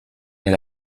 est